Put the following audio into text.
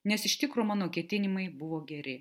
nes iš tikro mano ketinimai buvo geri